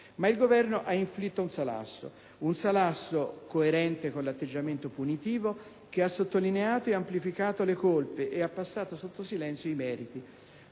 Ma il Governo ha inflitto un salasso; un salasso coerente con l'atteggiamento punitivo che ha sottolineato e amplificato le colpe e ha passato sottosilenzio i meriti.